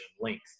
length